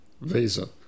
visa